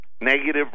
negative